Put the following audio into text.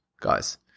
guys